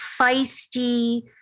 feisty